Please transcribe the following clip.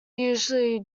usually